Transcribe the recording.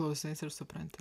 klausais ir supranti